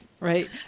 Right